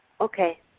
Okay